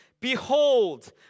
Behold